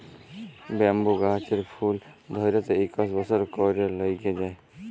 bamboo গাহাচের ফুল ধ্যইরতে ইকশ বসর ক্যইরে ল্যাইগে যায়